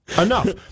enough